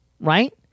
right